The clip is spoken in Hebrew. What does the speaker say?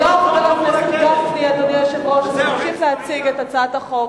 חבר הכנסת גפני, אתה תמשיך להציג את הצעת החוק.